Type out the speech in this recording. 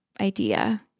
idea